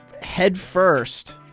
headfirst